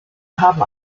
haben